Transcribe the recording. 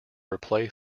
replace